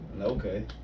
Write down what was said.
Okay